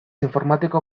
informatiko